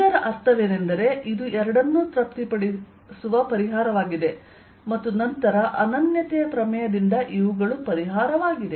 ಇದರ ಅರ್ಥವೇನೆಂದರೆ ಇದು ಎರಡನ್ನೂ ತೃಪ್ತಿಪಡಿಸುವ ಪರಿಹಾರವಾಗಿದೆ ಮತ್ತು ನಂತರ ಅನನ್ಯತೆಯ ಪ್ರಮೇಯದಿಂದ ಇವುಗಳು ಪರಿಹಾರವಾಗಿದೆ